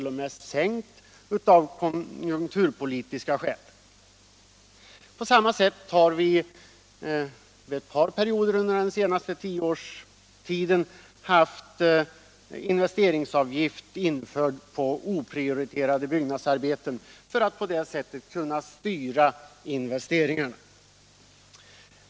0. m. sänkt av konjunkturpolitiska skäl. På samma sätt har vi under ett par perioder under den senaste tioårsperioden haft investeringsavgift på oprioriterade byggnadsarbeten för att på det sättet kunna styra investeringarna.